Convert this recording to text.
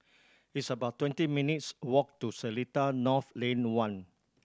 it's about twenty minutes' walk to Seletar North Lane One